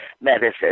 medicine